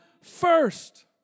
first